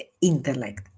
intellect